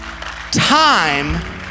time